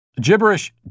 Gibberish